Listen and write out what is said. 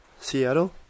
Seattle